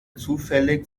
zufällig